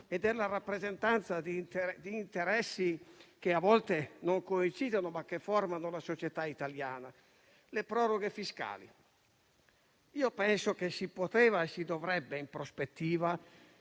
e della rappresentanza di interessi che a volte non coincidono, ma formano la società italiana: sulle proroghe fiscali penso che si poteva e si dovrebbe in prospettiva